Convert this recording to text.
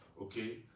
okay